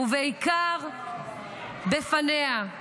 ובעיקר בפניה.